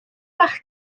bach